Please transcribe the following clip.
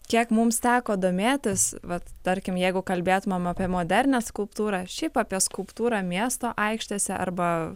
kiek mums teko domėtis vat tarkim jeigu kalbėtumėm apie modernią skulptūrą šiaip apie skulptūrą miesto aikštėse arba